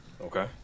Okay